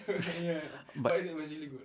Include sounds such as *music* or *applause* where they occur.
*laughs* but